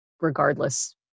regardless